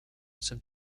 some